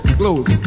close